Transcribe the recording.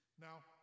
now